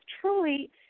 truly